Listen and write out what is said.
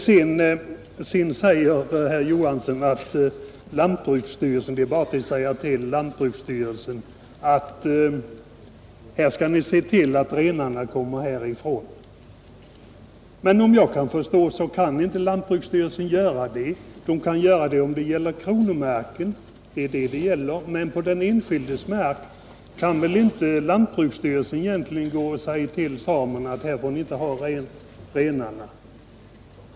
Sedan säger herr Johansson att det är bara att säga till lantbruksnämnden: Ni skall se till att renarna kommer härifrån. Såvitt jag kan förstå kan inte lantbruksnämnden göra det. Den kan göra det, om det gäller kronomark, men på den enskildes mark kan väl lantbruksnämnden inte säga till samerna: Här får ni inte ha renar.